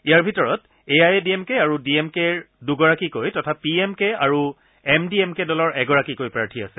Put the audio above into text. ইয়াৰে ভিতৰত A I A D M K আৰু ডি এম কেৰ দূগৰাকীকৈ তথা পি এম কে আৰু এম ডি এম কে দলৰ এগৰাকীকৈ প্ৰাৰ্থী আছে